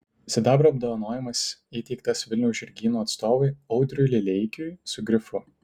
sidabro apdovanojimas įteiktas vilniaus žirgyno atstovui audriui lileikiui su grifu